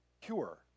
cure